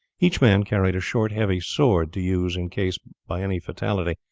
each man carried a short heavy sword to use in case, by any fatality,